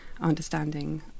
understanding